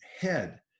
head